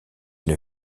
une